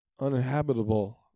uninhabitable